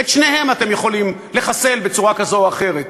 את שניהם אתם יכולים לחסל בצורה כזאת או אחרת